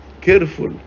careful